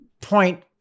point